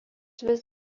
vis